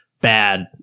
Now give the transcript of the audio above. bad